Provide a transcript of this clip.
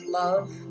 love